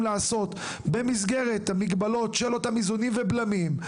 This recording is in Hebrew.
לעשות במסגרת המגבלות של אותם איזונים ובלמים,